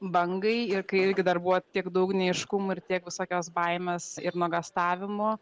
bangai ir kai irgi dar buvo tiek daug neaiškumų ir tiek visokios baimės ir nuogąstavimo